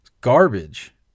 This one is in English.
Garbage